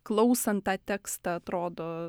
klausant tą tekstą atrodo